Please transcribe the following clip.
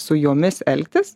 su jomis elgtis